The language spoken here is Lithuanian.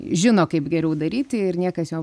žino kaip geriau daryti ir niekas jo